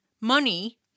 money